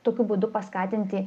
tokiu būdu paskatinti